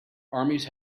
armies